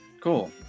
Cool